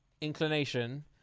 inclination